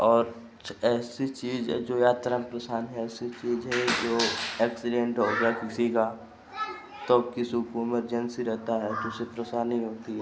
और कुछ ऐसी चीज है जो यात्रा के साथ में ऐसी चीज है जो एक्सिडेंट हो गया किसी का तब किसी को इमरजेंसी रहता है किसी परेशानी होती